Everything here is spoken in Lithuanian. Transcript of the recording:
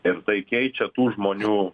ir tai keičia tų žmonių